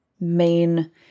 main